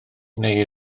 neu